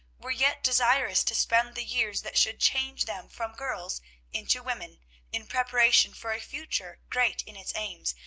were yet desirous to spend the years that should change them from girls into women in preparation for a future great in its aims,